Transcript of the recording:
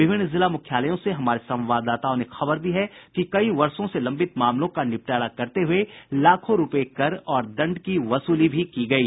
विभिन्न जिला मुख्यालयों से हमारे संवाददाताओं ने खबर दी है कि कई वर्षो से लंबित मामलों का निपटारा करते हये लाखों रूपये कर और दंड की वसूली भी की गयी